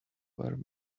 were